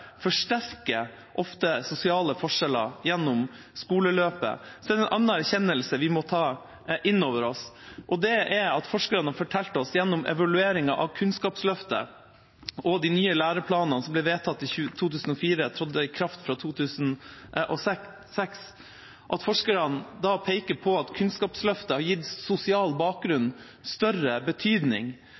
ofte forsterker sosiale forskjeller gjennom skoleløpet, er det en annen erkjennelse vi må ta inn over oss. Det er at forskerne har fortalt oss gjennom evalueringer av Kunnskapsløftet og de nye læreplanene, som ble vedtatt i 2004 og trådte i kraft i 2006, at Kunnskapsløftet har gitt sosial bakgrunn større betydning. Forskerne peker på at foreldrenes utdanning har fått større betydning